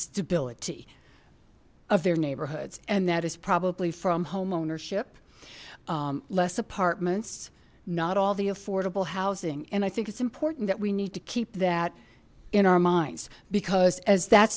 stability of their neighborhoods and that is probably from home ownership less apartments not all the affordable housing and i think it's important that we need to keep that in our minds because as that